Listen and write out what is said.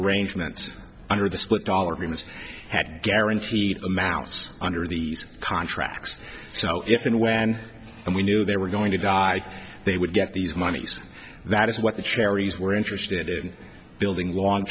arrangements under the split dollars means had guaranteed a mouse under these contracts so if and when we knew they were going to die they would get these monies that is what the charities were interested in building long